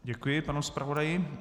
Děkuji panu zpravodaji.